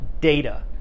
data